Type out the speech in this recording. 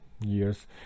years